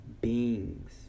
beings